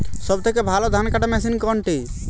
সবথেকে ভালো ধানকাটা মেশিন কোনটি?